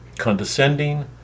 condescending